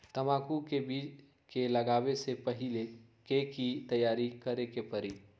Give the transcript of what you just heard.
तंबाकू के बीज के लगाबे से पहिले के की तैयारी करे के परी?